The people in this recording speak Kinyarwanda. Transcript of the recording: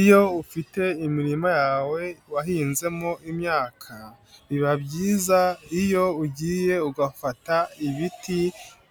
Iyo ufite imirima yawe wahinzemo imyaka, biba byiza iyo ugiye ugafata ibiti